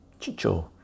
Chicho